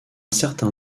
certain